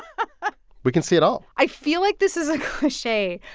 we can see it all i feel like this is a cliche,